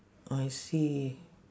I see